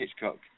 Hitchcock